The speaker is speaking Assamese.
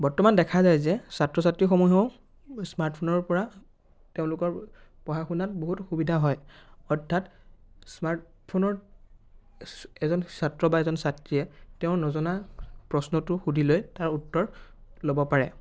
বৰ্তমান দেখা যায় যে ছাত্ৰ ছাত্ৰী সমূহেও স্মাৰ্টফোনৰ পৰা তেওঁলোকৰ পঢ়া শুনাত বহুত সুবিধা হয় অৰ্থাৎ স্মাৰ্টফোনৰ এজন ছাত্ৰ বা এজন ছাত্ৰীয়ে তেওঁ নজনা প্ৰশ্নটো সুধি লৈ তাৰ উত্তৰ ল'ব পাৰে